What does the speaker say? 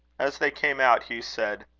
as they came out, hugh said